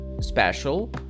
special